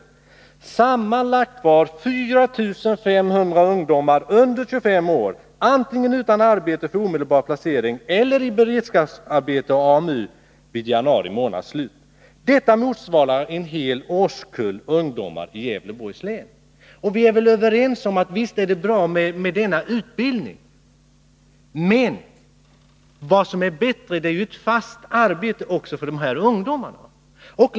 Där står: ”Sammanlagt var drygt 4500 ungdomar under 25 år antingen utan arbete för omedelbar placering eller i beredskapsarbete och AMU vid Vi är väl överens om att det är bra för ungdomarna med denna utbildning, 15 februari 1982 men vad som är ännu bättre är ju att de får fast arbete också.